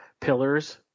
pillars